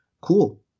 Cool